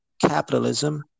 capitalism